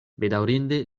bedaŭrinde